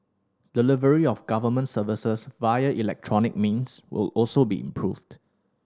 delivery of government services via electronic means will also be improved